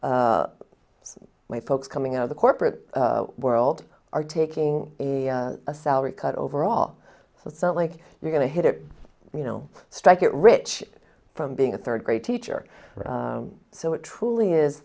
folks coming out of the corporate world are taking a salary cut overall so it's not like you're going to hit it you know strike it rich from being a third grade teacher so it truly is